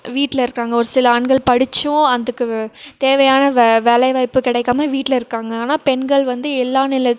வீட்டில் இருக்குறாங்க ஒரு சில ஆண்கள் படித்தும் அதுக்கு தேவையான வே வேலை வாய்ப்பு கிடைக்காம வீட்டில் இருக்காங்க ஆனால் பெண்கள் வந்து எல்லா நிலத்